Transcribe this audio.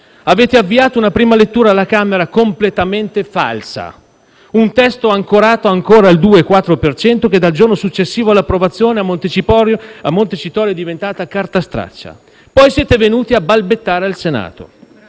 Avete avviato una prima lettura alla Camera completamente falsa, un testo ancorato ancora al 2,4 per cento che, dal giorno successivo all'approvazione a Montecitorio, è diventato carta straccia. Poi siete venuti a balbettare al Senato.